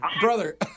brother